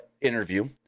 interview